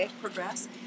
progress